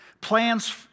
plans